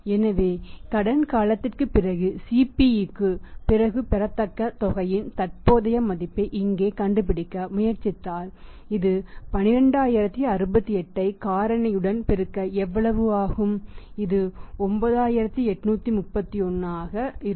எனவே கடன் காலத்திற்குப் பிறகு CPக்குப் பிறகு பெறத்தக்க தொகையின் தற்போதைய மதிப்பை இங்கே கண்டுபிடிக்க முயற்சித்தால் இது 12068ஐ காரணியுடன் பெருக்க எவ்வளவு ஆகும் இது 9831 ஆக செயல்படும்